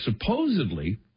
Supposedly